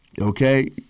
okay